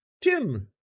Tim